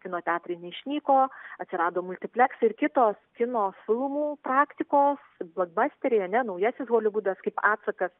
kino teatrai neišnyko atsirado multipleksai ir kitos kino filmų praktikos blakbasteriai ar ne naujasis holivudas kaip atsakas